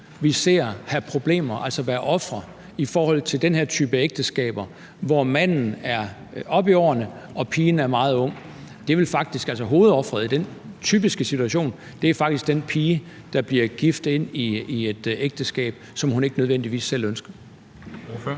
vi ser have problemer, altså være ofre i den her type ægteskaber, hvor manden er oppe i årene og pigen er meget ung – altså hovedofret i den situation – faktisk er den pige, der bliver gift ind i et ægteskab, som hun ikke nødvendigvis selv ønsker? Kl.